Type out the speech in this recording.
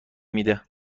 میده